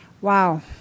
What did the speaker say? wow